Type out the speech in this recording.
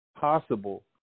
possible